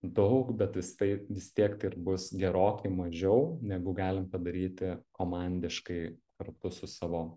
daug bet visai vis tiek tai ir bus gerokai mažiau negu galim padaryti komandiškai kartu su savo